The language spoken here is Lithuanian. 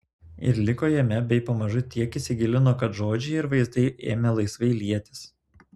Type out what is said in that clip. ir liko jame bei pamažu tiek įsigilino kad žodžiai ir vaizdai ėmė laisvai lietis